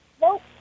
Nope